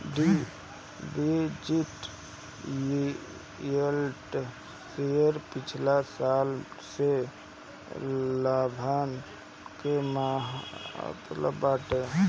dividend yield share पिछला साल के लाभांश के मापत बाटे